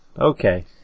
Okay